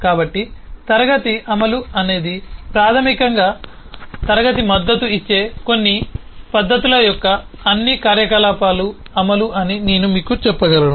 కాబట్టి క్లాస్ అమలు అనేది ప్రాథమికంగా క్లాస్ మద్దతు ఇచ్చే అన్ని పద్ధతుల యొక్క అన్ని కార్యకలాపాల అమలు అని నేను చెప్పగలను